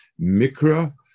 mikra